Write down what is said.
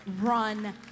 run